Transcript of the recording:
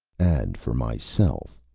and for myself,